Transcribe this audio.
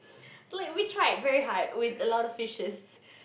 so if we try very hard with a lot of fishes